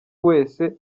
wese